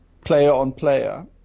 player-on-player